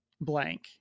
blank